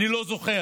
אני לא זוכר,